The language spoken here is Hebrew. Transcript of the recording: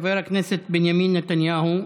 חבר הכנסת בנימין נתניהו,